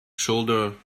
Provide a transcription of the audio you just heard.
shoulder